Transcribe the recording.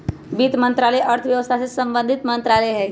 वित्त मंत्रालय अर्थव्यवस्था से संबंधित मंत्रालय हइ